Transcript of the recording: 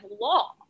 law